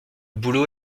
boulot